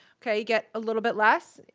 okay, you get a little bit less,